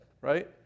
right